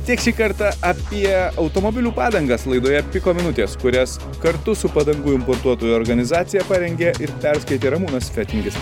tiek šį kartą apie automobilių padangas laidoje piko minutės kurias kartu su padangų importuotojų organizacija parengė ir perskaitė ramūnas fetingis